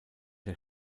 der